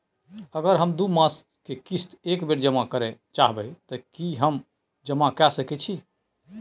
अगर हम दू मास के किस्त एक बेर जमा करे चाहबे तय की हम जमा कय सके छि?